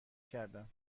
کردم